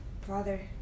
Father